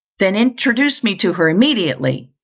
then introduce me to her immediately,